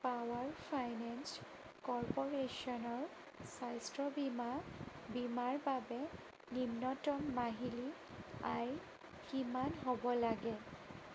power finance কৰ্প'ৰেশ্যনৰ স্বাস্থ্য বীমা বীমাৰ বাবে নিম্নতম মাহিলী আয় কিমান হ'ব লাগে